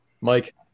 Mike